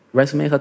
Resume